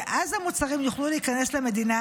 ואז המוצרים יוכלו להיכנס למדינה,